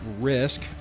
risk